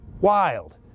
wild